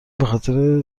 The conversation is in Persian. بخاطر